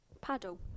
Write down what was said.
paddle